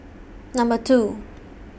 Number two